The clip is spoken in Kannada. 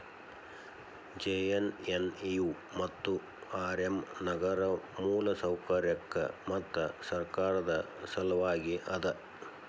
ಜೆ.ಎನ್.ಎನ್.ಯು ಮತ್ತು ಆರ್.ಎಮ್ ನಗರ ಮೂಲಸೌಕರ್ಯಕ್ಕ ಮತ್ತು ಸರ್ಕಾರದ್ ಸಲವಾಗಿ ಅದ